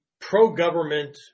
pro-government